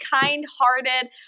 kind-hearted